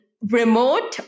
remote